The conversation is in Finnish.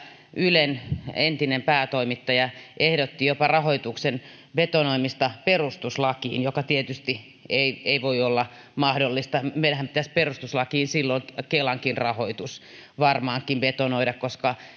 ylen entinen päätoimittaja ehdotti jopa rahoituksen betonoimista perustuslakiin joka tietysti ei ei voi olla mahdollista varmaankin pitäisi perustuslakiin silloin kelankin rahoitus betonoida koska